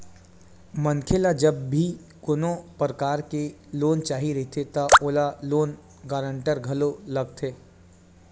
मनखे ल जब भी कोनो परकार के लोन चाही रहिथे त ओला लोन गांरटर घलो लगथे